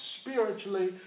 spiritually